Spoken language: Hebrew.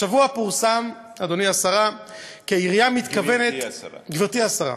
השבוע פורסם, גברתי השרה,